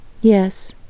Yes